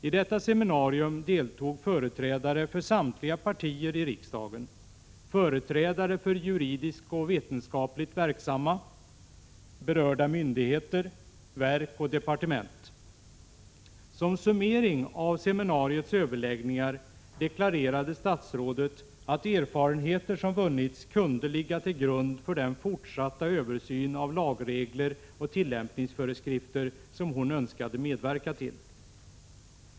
I detta seminarium deltog företrädare för samtliga partier i riksdagen, företrädare för juridiskt och vetenskapligt verksamma, berörda myndigheter, verk och departement. Som summering av seminariets överläggningar deklarerade statsrådet att erfarenheter som vunnits kunde ligga till grund för den fortsatta översyn av lagregler och tillämpningsföreskrifter som hon önskade medverka till.